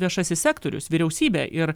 viešasis sektorius vyriausybė ir